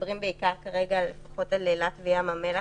מדברים בעיקר על אילת וים המלח,